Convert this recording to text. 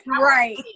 Right